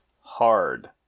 hard